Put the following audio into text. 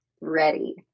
ready